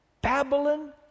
Babylon